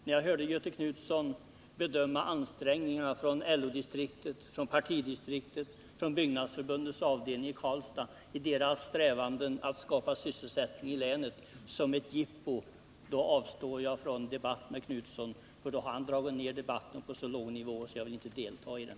När jag hörde Göthe Knutson bedöma ansträngningarna från LO-distriktet, från partidistriktet, från Byggnadsarbetareförbundets avdelning i Karlstad i deras strävanden att skapa sysselsättning i länet som ett jippo, då avstår jag från en debatt med Göthe Knutson. Då har han dragit ned debatten på en så låg nivå att jag inte vill delta i den.